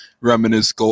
reminisce